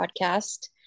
podcast